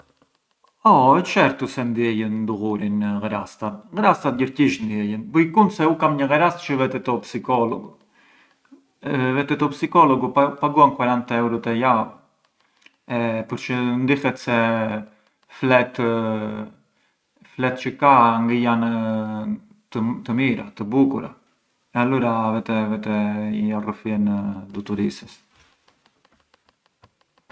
O certu se ndiejën dullurin ghrastat, ghrastat gjërgjish ndiejën, buj kunt se u kam një ghrast çë vete te u psicologu, vete te u psicologu, paguan quaranta euru te java përçë ndihet se flet… flet çë ka ngë janë të mira, të bukura e allura vete… vete ja rrëfien duturisës.